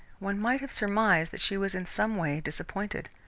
one might have surmised that she was in some way disappointed.